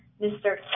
Mr